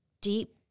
deep